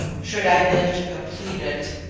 should i live to complete it,